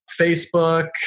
Facebook